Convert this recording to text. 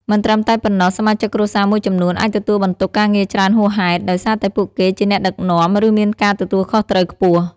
មិនត្រឹមតែប៉ុណ្ណោះ សមាជិកគ្រួសារមួយចំនួនអាចទទួលបន្ទុកការងារច្រើនហួសហេតុ ដោយសារតែពួកគេជាអ្នកដឹកនាំ ឬមានការទទួលខុសត្រូវខ្ពស់។